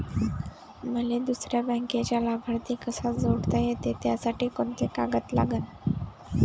मले दुसऱ्या बँकेचा लाभार्थी कसा जोडता येते, त्यासाठी कोंते कागद लागन?